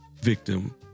victim